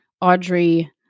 Audrey